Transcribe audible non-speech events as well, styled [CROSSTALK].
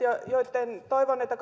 [UNINTELLIGIBLE] ja toivon että [UNINTELLIGIBLE]